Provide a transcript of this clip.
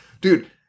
dude